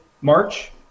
march